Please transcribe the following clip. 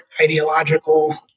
ideological